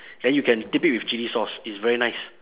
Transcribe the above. then you can dip it with chilli sauce it's very nice